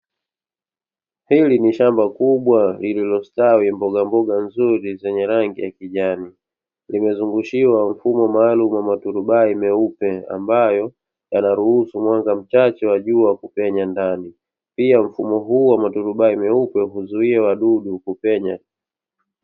Hili ni shamba kubwa lililostawi mbogamboga nzuri zenye rangi ya kijani. Limezungushiwa mfumo maalumu wa maturubai meupe, ambayo yanaruhusu mwanga mchache wa jua kupenya ndani. Pia mfumo huu wa maturubai meupe huzuia wadudu kupenya.